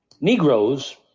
Negroes